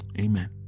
Amen